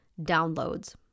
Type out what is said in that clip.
downloads